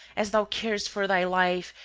as thou carest for thy life,